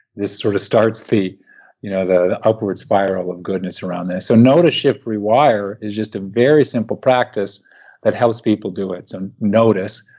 this sort of starts the you know the upward spiral of goodness around this, so notice, shift, rewire is just a very simple practice that helps people do it, so notice.